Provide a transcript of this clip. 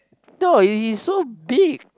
no he he's so big